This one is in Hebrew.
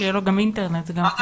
שיהיה לו גם אינטרנט זה גם חשוב.